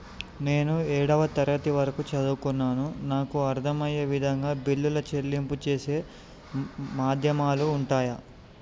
నేను ఏడవ తరగతి వరకు చదువుకున్నాను నాకు అర్దం అయ్యే విధంగా బిల్లుల చెల్లింపు చేసే మాధ్యమాలు ఉంటయా?